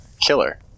killer